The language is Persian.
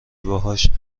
باهاش